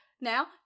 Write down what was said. now